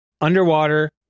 Underwater